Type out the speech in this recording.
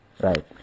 right